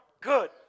good